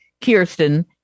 Kirsten